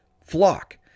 flock